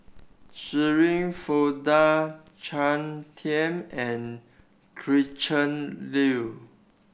Shirin Fozdar Claire Tham and Gretchen Liu